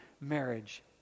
marriage